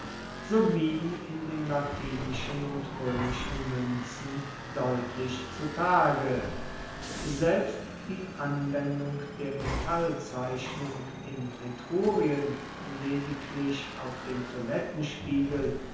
sowie in den latinischen und roemischen muenzen deutlich zu tage selbst die anwendung der metallzeichnung in etrurien lediglich auf den